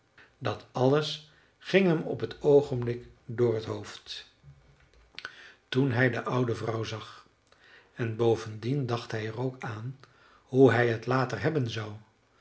dat alles ging hem op t oogenblik door t hoofd toen hij de oude vrouw zag en bovendien dacht hij er ook aan hoe hij het later hebben zou